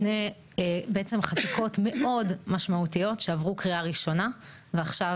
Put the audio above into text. שתי חקיקות מאוד משמעותיות שעברו קריאה ראשונה ועכשיו